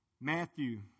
Matthew